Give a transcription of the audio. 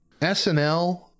SNL